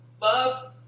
Love